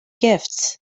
gifts